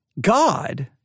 God